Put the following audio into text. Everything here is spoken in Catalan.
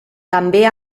també